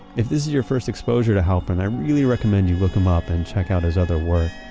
if this is your first exposure to halprin, i really recommend you look him up and check out his other work.